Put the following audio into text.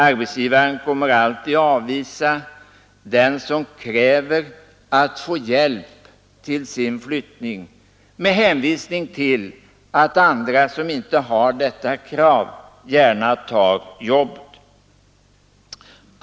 Arbetsgivaren kommer alltid att avvisa den som kräver att få hjälp till sin flyttning med hänvisning till att andra som inte har detta krav gärna tar jobbet.